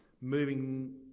moving